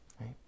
right